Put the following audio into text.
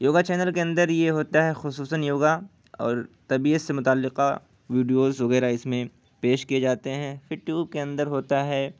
yoga channel کے اندر یہ ہوتا ہے خصوصاً یوگا اور طبیعت سے متعلقہ ویڈیوز وغیرہ اس میں پیش کیے جاتے ہیں پھر ٹیوب کے اندر ہوتا ہے